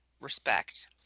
respect